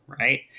right